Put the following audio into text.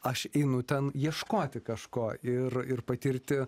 aš einu ten ieškoti kažko ir ir patirti